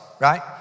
right